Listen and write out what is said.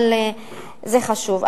אבל זה חשוב.